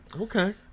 Okay